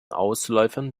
ausläufern